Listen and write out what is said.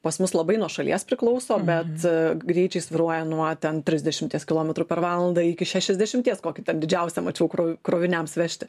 pas mus labai nuo šalies priklauso bet greičiai svyruoja nuo ten trisdešimties kilometrų per valandą iki šešiasdešimties kokį ten didžiausią mačiau kro kroviniams vežti